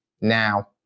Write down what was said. now